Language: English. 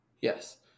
Yes